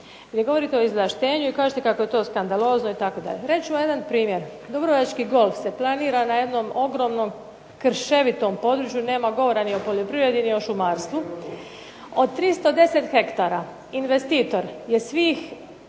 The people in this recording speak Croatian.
gdje govorite o izvlaštenju i kažete kako je to skandalozno itd. Reći ću vam jedan primjer, Dubrovački golf se planira na jednom golemom krševitom području, nema govora ni o poljoprivredi ni o šumarstvu, od 310 hektara investitor je svih